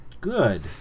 Good